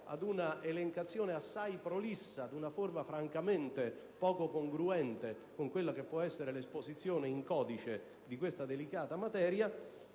ad una elencazione assai prolissa in una forma francamente poco congruente con l'esposizione in codice di questa delicata materia,